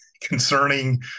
concerning